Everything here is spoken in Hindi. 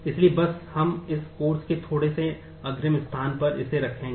इसलिए बस हम इस Course के थोड़े से अग्रिम स्थान पर इसे रखेंगे